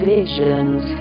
Visions